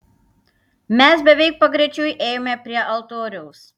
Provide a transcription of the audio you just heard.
mes beveik pagrečiui ėjome prie altoriaus